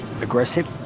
aggressive